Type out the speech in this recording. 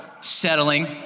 settling